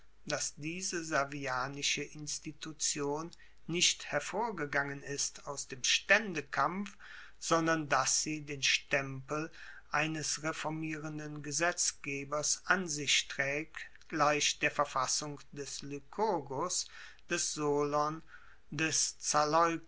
dass diese servianische institution nicht hervorgegangen ist aus dem staendekampf sondern dass sie den stempel eines reformierenden gesetzgebers an sich traegt gleich der verfassung des lykurgos des solon des